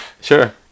Sure